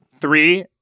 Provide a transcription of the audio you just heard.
Three